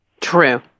True